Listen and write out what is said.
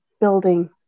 building